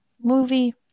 Movie